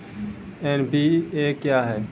NPA क्या हैं?